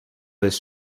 this